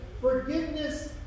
forgiveness